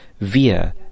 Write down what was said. via